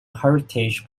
heritage